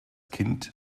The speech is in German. kind